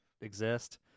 exist